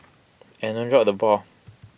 and don't drop the ball